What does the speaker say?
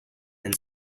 and